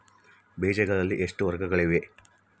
ಬೇಜಗಳಲ್ಲಿ ಎಷ್ಟು ವರ್ಗಗಳಿವೆ?